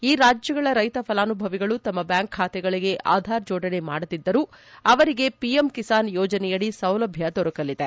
ಈ ರಾಜ್ಙಗಳ ರೈತ ಫಲಾನುಭವಿಗಳು ತಮ್ನ ಬ್ವಾಂಕ್ ಖಾತೆಗಳಿಗೆ ಆಧಾರ್ ಜೋಡಣೆ ಮಾಡದಿದ್ದರೂ ಅವರಿಗೆ ಪಿಎಂ ಕಿಸಾನ್ ಯೋಜನೆಯಡಿ ಸೌಲಭ್ಞ ದೊರಕಲಿದೆ